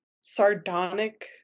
sardonic